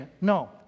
No